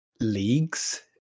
leagues